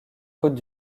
côtes